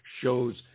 shows